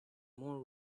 more